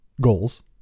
goals